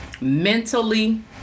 mentally